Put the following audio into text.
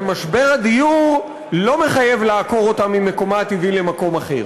ומשבר הדיור לא מחייב לעקור אותה ממקומה הטבעי למקום אחר.